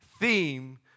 theme